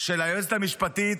של היועצת המשפטית,